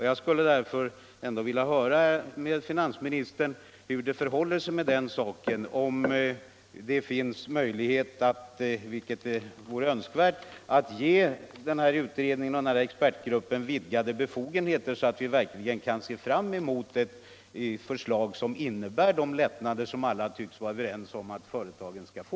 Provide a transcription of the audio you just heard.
Jag vill därför fråga finansministern om man inte kunde ge utredningen och expertgruppen vidgade befogenheter, så att vi verkligen kan se fram emot ett förslag som innebär de lättnader som alla tycks vara överens om att företagen skall få.